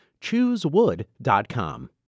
Choosewood.com